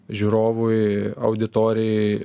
žiūrovui auditorijai